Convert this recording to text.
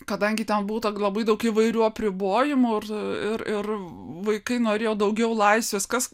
kadangi ten būta labai daug įvairių apribojimų ir ir vaikai norėjo daugiau laisvės kas